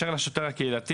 עכשיו הקיץ מתחיל,